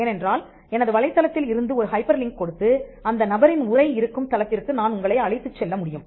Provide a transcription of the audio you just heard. ஏனென்றால் எனது வலைத்தளத்தில் இருந்து ஒரு ஹைப்பர்லிங்க் கொடுத்து அந்த நபரின் உரை இருக்கும் தளத்திற்கு நான் உங்களை அழைத்துச் செல்ல முடியும்